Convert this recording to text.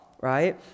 right